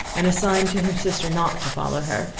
and a sign to her sister not to follow her,